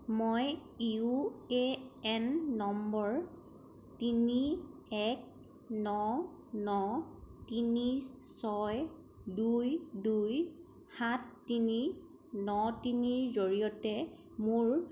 মই U A N নম্বৰ তিনি এক ন ন তিনি ছয় দুই দুই সাত তিনি ন তিনিৰ জৰিয়তে মোৰ